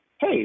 hey